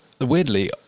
weirdly